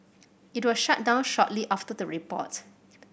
it was shut down shortly after the report